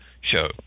show